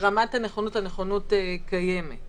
ברמת הנכונות, הנכונות קיימת.